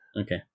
Okay